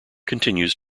continues